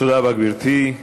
תודה רבה, גברתי.